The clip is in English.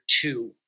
two